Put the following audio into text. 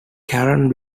karen